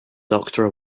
doctor